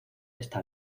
está